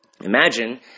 Imagine